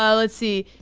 ah let's see.